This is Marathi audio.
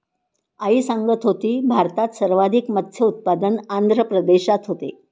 आई सांगत होती, भारतात सर्वाधिक मत्स्य उत्पादन आंध्र प्रदेशात होते